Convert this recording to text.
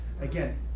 Again